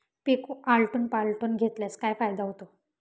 पीक आलटून पालटून घेतल्यास काय फायदा होतो?